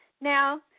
Now